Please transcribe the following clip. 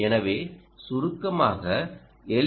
எனவே சுருக்கமாக எல்